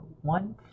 one